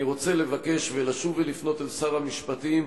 אני רוצה לבקש ולשוב ולפנות אל שר המשפטים: